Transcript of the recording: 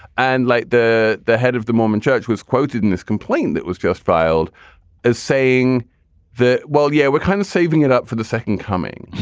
and like the the head of the mormon church was quoted in this complaint that was just filed as saying that well, yeah, we're kind of saving it up for the second coming